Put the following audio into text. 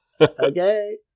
okay